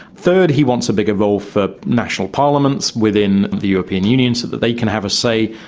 third, he wants a bigger role for national parliaments within the european union so that they can have a say.